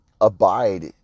abide